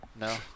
No